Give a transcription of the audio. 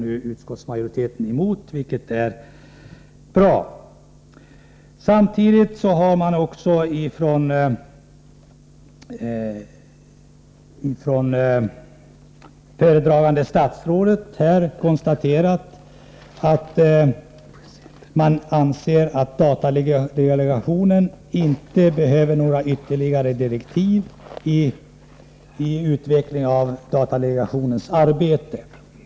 Utskottsmajoriteten går alltså emot det förslaget, vilket är bra. Föredragande statsrådet har samtidigt anfört att datadelegationen inte behöver ytterligare direktiv för sitt arbete.